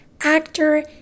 actor